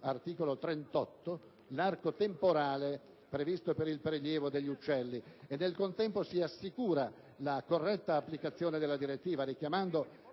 all'articolo 38, l'arco temporale previsto per il prelievo degli uccelli, e nel contempo si assicura la corretta applicazione della direttiva, richiamando